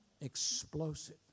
Explosive